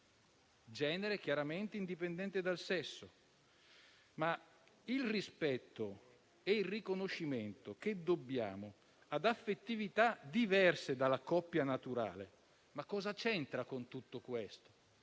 che è chiaramente indipendente dal sesso. Il rispetto e il riconoscimento che dobbiamo ad affettività diverse dalla coppia naturale, però, cosa c'entrano con tutto questo?